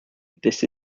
this